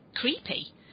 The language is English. creepy